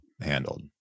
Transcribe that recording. handled